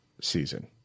season